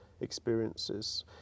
experiences